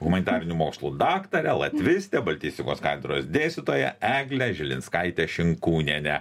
humanitarinių mokslų daktarę latvistę baltistikos katedros dėstytoją eglę žilinskaitę šinkūnienę